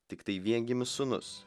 tiktai viengimis sūnus